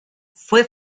fue